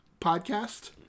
podcast